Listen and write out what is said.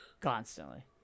constantly